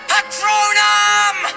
Patronum